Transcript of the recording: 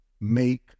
make